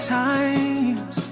times